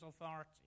authority